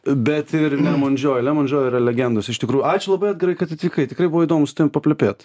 bet ir ne lemon joy lemon joy yra legendos iš tikrųjų ačiū labai edgarai kad atvykai tikrai buvo įdomu su tavim paplepėt